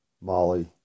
...Molly